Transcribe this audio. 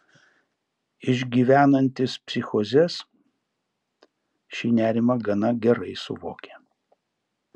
išgyvenantys psichozes šį nerimą gana gerai suvokia